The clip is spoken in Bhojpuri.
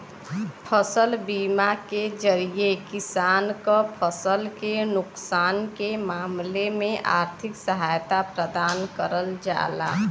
फसल बीमा के जरिये किसान क फसल के नुकसान के मामले में आर्थिक सहायता प्रदान करल जाला